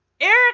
Eric